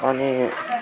अनि